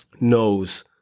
knows